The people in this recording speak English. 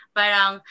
parang